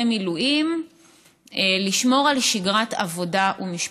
מילואים לשמור על שגרת עבודה ומשפחה.